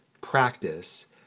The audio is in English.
practice